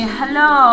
hello